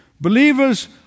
Believers